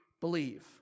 believe